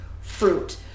fruit